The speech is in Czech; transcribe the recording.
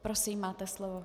Prosím, máte slovo.